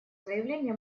заявления